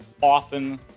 often